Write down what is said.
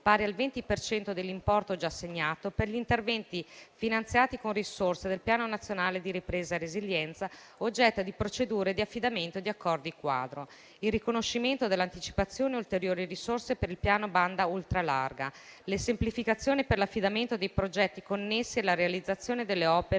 per cento dell'importo già assegnato, per gli interventi finanziati con risorse del Piano nazionale di ripresa e resilienza e oggetto di procedure di affidamento e di accordi quadro; il riconoscimento dell'anticipazione di ulteriori risorse per il piano banda ultralarga; le semplificazioni per l'affidamento dei progetti connessi alla realizzazione delle opere